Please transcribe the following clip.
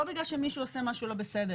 לא בגלל שמישהו עושה משהו לא בסדר,